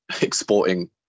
exporting